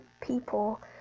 people